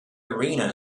arena